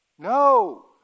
No